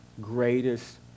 greatest